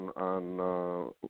on